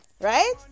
right